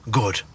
good